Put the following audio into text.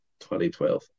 2012